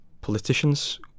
politicians